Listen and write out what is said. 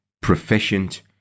proficient